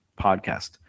podcast